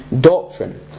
doctrine